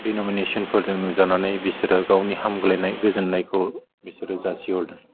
डिन'मिनेशनफोरजों नुजानानै बिसोरो गावनि हामग्लायनाय गोजोन्नायखौ बिसोरो जासिहरदों